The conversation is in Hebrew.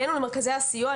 אצלנו במרכזי הסיוע,